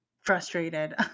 frustrated